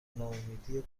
ناامیدی